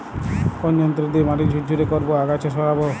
কোন যন্ত্র দিয়ে মাটি ঝুরঝুরে করব ও আগাছা সরাবো?